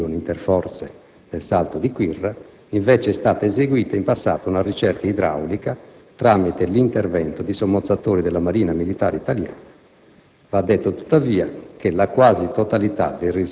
Nella zona di Capo San Lorenzo (area del poligono interforze del Salto di Quirra), invece, è stata eseguita in passato una ricerca idraulica tramite intervento di sommozzatori della Marina militare italiana.